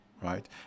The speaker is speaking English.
right